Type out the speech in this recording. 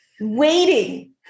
waiting